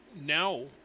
now